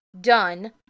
done